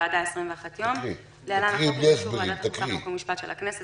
ובאישור ועדת החוקה חוק ומשפט של הכנסת,